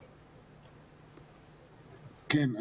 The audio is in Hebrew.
כן.